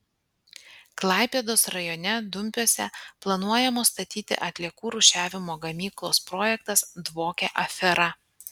klaipėdos rajone dumpiuose planuojamos statyti atliekų rūšiavimo gamyklos projektas dvokia afera